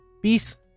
Peace